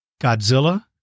Godzilla